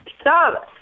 Stop